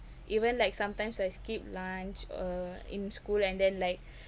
even like sometimes I skip lunch or in school and then like